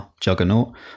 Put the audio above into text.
juggernaut